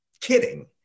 kidding